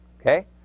Okay